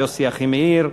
יוסי אחימאיר,